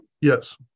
Yes